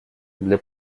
для